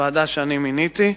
ועדה שאני מיניתי.